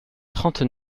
trente